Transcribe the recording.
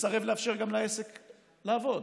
מסרב לאפשר לעסק לעבוד.